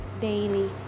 daily